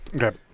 Okay